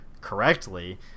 correctly